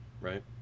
right